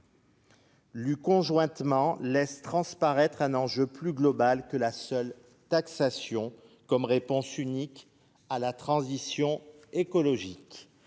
et résilience laissent transparaître un enjeu plus global que la seule taxation comme réponse unique à la transition écologique.